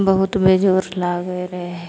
बहुत बेजोड़ लागै रहै